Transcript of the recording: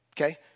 okay